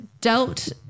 Dealt